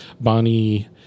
Bonnie